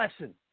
lesson